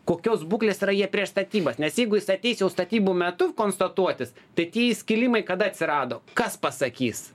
kokios būklės yra jie prieš statybas nes jeigu jis ateis jau statybų metu konstatuotis tai tie įskilimai kada atsirado kas pasakys